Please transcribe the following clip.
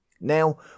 Now